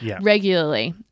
regularly